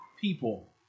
people